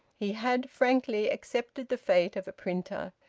he had frankly accepted the fate of a printer.